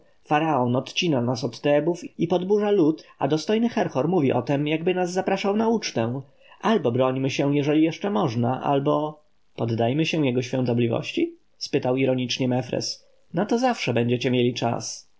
faraon odcina nas od tebów i podburza lud a dostojny herhor mówi o tem jakby nas zapraszał na ucztę albo brońmy się jeżeli jeszcze można albo poddajmy się jego świątobliwości spytał ironicznie mefres na to zawsze będziecie mieli czas